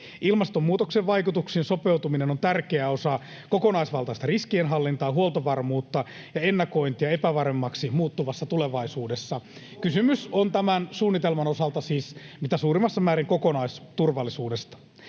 Ilmastonmuutoksen vaikutuksiin sopeutuminen on tärkeä osa kokonaisvaltaista riskienhallintaa, huoltovarmuutta ja ennakointia epävarmemmaksi muuttuvassa tulevaisuudessa. Kysymys on tämän suunnitelman osalta siis mitä suurimmassa määrin kokonaisturvallisuudesta.